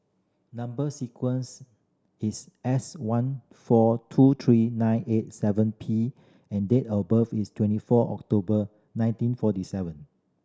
number sequence is S one four two three nine eight seven P and date of birth is twenty four October nineteen forty seven